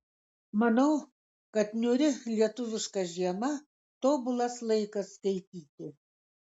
manau kad niūri lietuviška žiema tobulas laikas skaityti